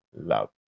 love